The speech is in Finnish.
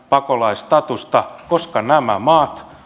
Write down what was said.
pakolaisstatusta koska nämä maat